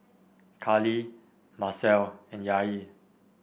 Carlie Marcelle and Yair